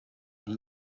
iyi